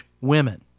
women